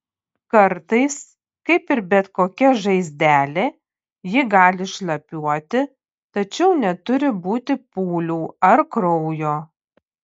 kartais kaip ir bet kokia žaizdelė ji gali šlapiuoti tačiau neturi būti pūlių ar kraujo